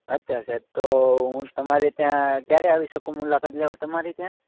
અચ્છા સાહેબ તો હું તમારે ત્યાં ક્યારે આવી શકું મુલાકાત લેવા તમારે ત્યાં